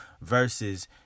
versus